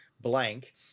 blank